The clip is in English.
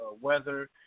weather